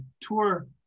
tour